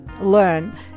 learn